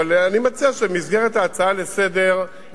אבל אני מציע שבמסגרת ההצעה לסדר-היום,